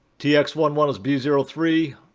t x one one is b zero three,